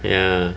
ya